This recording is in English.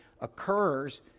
occurs